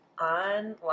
Online